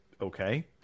okay